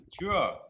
Sure